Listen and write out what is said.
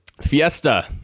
Fiesta